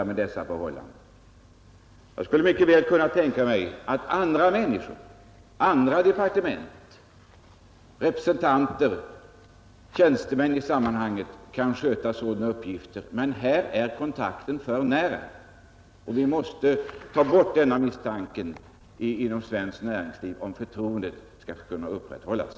Jag skulle mycket ,väl kunna tänka mig att andra tjänstemän som representerar andra departement kan sköta sådana uppgifter, men här är kontakten för nära. Vi måste ta bort grunden för denna misstanke inom svenskt näringsliv, om förtroendet skall kunna upprätthållas.